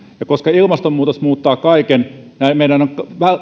ja koska ilmastonmuutos muuttaa kaiken meidän on